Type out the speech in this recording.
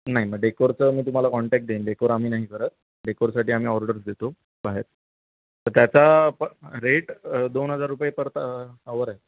नाही मग डेकोरचं मी तुम्हाला कॉन्टॅक्ट देईन डेकोर आम्ही नाही करत डेकोरसाठी आम्ही ऑर्डर्स देतो बाहेर तर त्याचा प रेट दोन हजार रुपये परत अव्हर आहे